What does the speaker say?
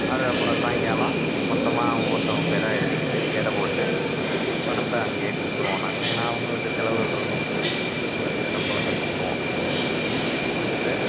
அது அப்புறம் சாயங்காலம் மொத்தமாக ஒருத்தங்க பேராக எழுதிக்கிட்டு எடை போட்டு பணத்தை அங்கேயே கொடுத்துருவோம் நாங்கள் ஏன்னா அவங்களுக்கு செலவுகள்யிருக்கும் உடனே சம்பளத்தை கொடுத்துருவோம் கொடுத்துட்டு